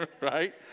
Right